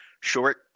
short